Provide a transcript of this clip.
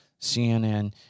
CNN